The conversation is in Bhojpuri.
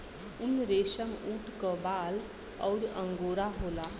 उनरेसमऊट क बाल अउर अंगोरा होला